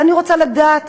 ואני רוצה לדעת